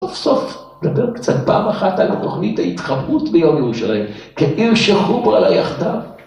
סוף סוף, לדבר קצת פעם אחת על תכנית ההתחברות ביום ירושלים כעיר שחוברה לה יחדיו